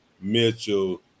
Mitchell